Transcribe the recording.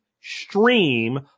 stream